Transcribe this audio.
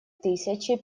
тысячи